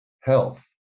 health